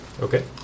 Okay